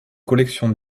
collections